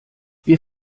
wir